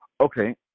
Okay